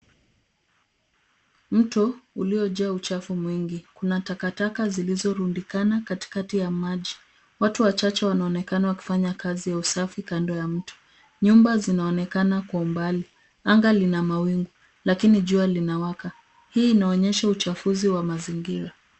Mto uliojaa uchafu mwingi, kuna takataka zilizorundikana katikati ya maji. Watu wachache wanaonekana wakifanyua kazi ya usafi kando ya mto, Nyumba zinaonekana kwa umbali, anga lina mawingu lakini jua linawaka, hii inaonyesha uchafuzi wa mazingira.